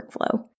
workflow